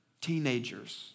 teenagers